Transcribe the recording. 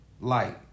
light